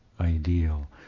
ideal